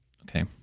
Okay